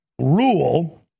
Rule